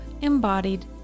embodied